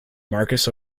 marcus